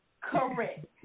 Correct